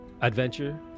adventure